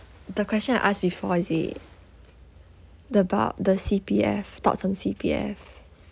the question I ask before is it the about the C_P_F thoughts on C_P_F